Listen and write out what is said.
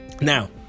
Now